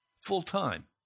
full-time